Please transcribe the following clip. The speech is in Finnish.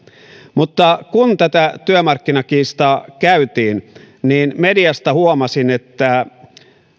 kun tätä työmarkkinakiistaa käytiin niin mediasta huomasin että